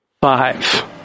five